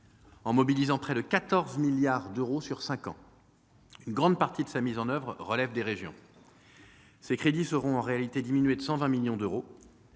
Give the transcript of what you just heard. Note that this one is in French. en mobilisant près de 14 milliards d'euros sur cinq ans. Une grande partie de sa mise en oeuvre relève des régions. Ces crédits seront en réalité diminués de 120 millions d'euros.